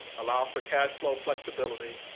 allows for cash flow flexibility,